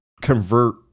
convert